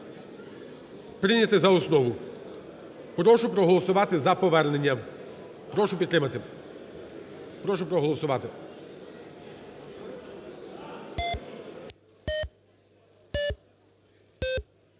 прийняти за основу. Прошу проголосувати за повернення. Прошу підтримати. Прошу проголосувати.